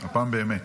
הפעם באמת,